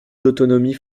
d’autonomie